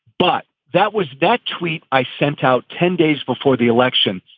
but that was that tweet i sent out ten days before the election.